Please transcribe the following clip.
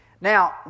Now